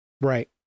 Right